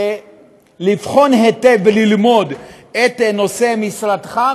לבחון היטב וללמוד את נושא משרדך,